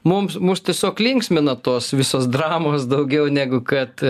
mums mus tiesiog linksmina tos visos dramos daugiau negu kad